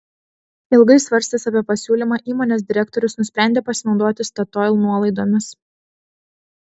ilgai svarstęs apie pasiūlymą įmonės direktorius nusprendė pasinaudoti statoil nuolaidomis